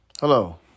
Hello